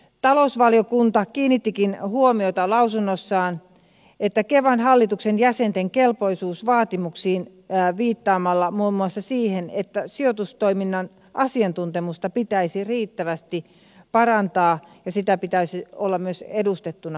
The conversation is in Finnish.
talousvaliokunta kiinnittikin huomiota lausunnossaan kevan hallituksen jäsenten kelpoisuusvaatimuksiin viittaamalla muun muassa siihen että sijoitustoiminnan asiantuntemusta pitäisi riittävästi parantaa ja sitä pitäisi olla myös edustettuna hallituksessa